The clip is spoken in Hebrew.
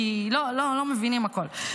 כי לא מבינים הכול,